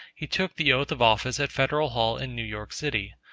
he took the oath of office at federal hall in new york city.